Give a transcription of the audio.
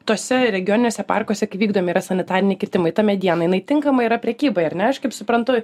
tose regioniniuose parkuose kai vykdomi yra sanitariniai kirtimai ta mediena jinai tinkamai yra prekybai ar ne aš kaip suprantu